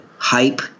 Hype